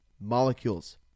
molecules